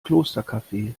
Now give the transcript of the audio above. klostercafe